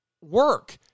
work